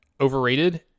overrated